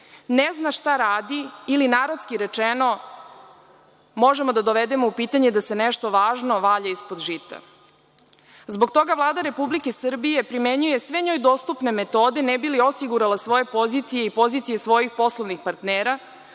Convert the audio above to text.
ne zna šta radi ili narodski rečeno – možemo da dovedemo u pitanje da se nešto važno valja ispod žita. Zbog toga Vlada Republike Srbije primenjuje sve njoj dostupne metode ne bi li osigurala svoje pozicije i pozicije svojih poslovnih partnera,